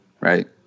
right